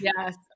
Yes